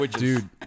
Dude